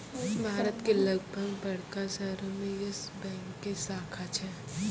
भारत के लगभग बड़का शहरो मे यस बैंक के शाखा छै